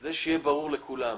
ושזה יהיה ברור לכולם.